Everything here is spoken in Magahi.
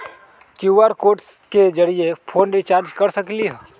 कियु.आर कोड के जरिय फोन रिचार्ज कर सकली ह?